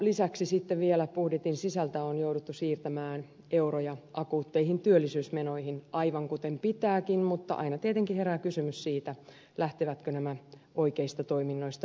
lisäksi sitten vielä budjetin sisältä on jouduttu siirtämään euroja akuutteihin työllisyysmenoihin aivan kuten pitääkin mutta aina tietenkin herää kysymys siitä lähtevätkö nämä oikeista toiminnoista pois